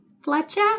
Fletcher